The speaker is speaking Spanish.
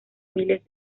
miles